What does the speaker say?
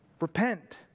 Repent